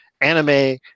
anime